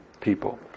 people